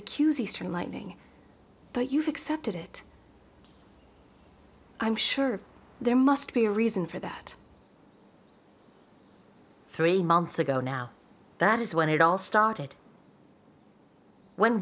accuse eastern lightning but you've accepted it i'm sure there must be a reason for that three months ago now that is when it all started when